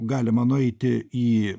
galima nueiti į